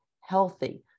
healthy